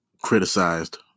criticized